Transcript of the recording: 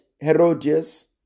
Herodias